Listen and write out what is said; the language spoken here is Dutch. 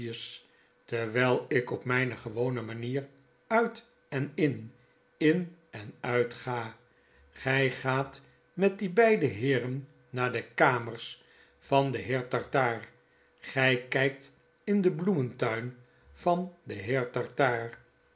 terwijl ik op myne gewone manier uit en in in en uit ga gy gaat met die beide heeren naar de kamers van den heer tartaar gjj kykt in den bloementuin van den heer tartaar